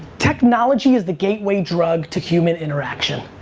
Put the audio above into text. technology is the gate way drug to human interaction.